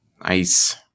Nice